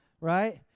Right